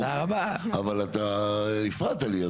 אבל אתה הפרעת לי,